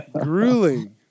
grueling